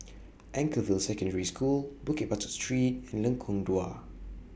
Anchorvale Secondary School Bukit Batok Street and Lengkong Dua